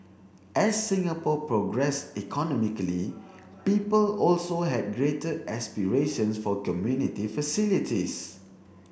as Singapore progressed economically people also had greater aspirations for community facilities